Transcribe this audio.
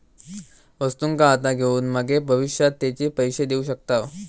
वस्तुंका आता घेऊन मगे भविष्यात तेचे पैशे देऊ शकताव